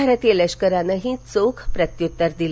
भारतीय लष्करानंही चोख प्रत्युत्तर दिलं